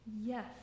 Yes